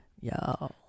Yo